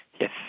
Yes